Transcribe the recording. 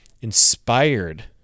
inspired